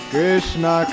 Krishna